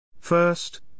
First